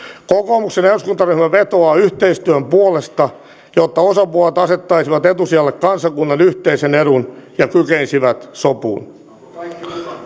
kokoomuksen eduskuntaryhmä vetoaa yhteistyön puolesta jotta osapuolet asettaisivat etusijalle kansakunnan yhteisen edun ja kykenisivät sopuun